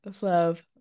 love